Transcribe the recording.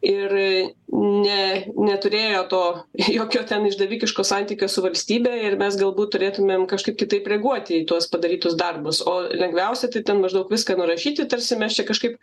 ir ne neturėjo to jokio ten išdavikiško santykio su valstybe ir mes galbūt turėtumėm kažkaip kitaip reaguoti į tuos padarytus darbus o lengviausia tai ten maždaug viską nurašyti tarsi mes čia kažkaip